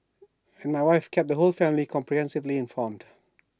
and my wife kept the whole family comprehensively informed